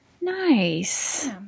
Nice